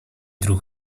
droeg